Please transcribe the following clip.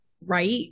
right